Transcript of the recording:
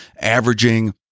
averaging